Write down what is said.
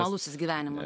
realusis gyvenimas